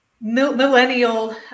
millennial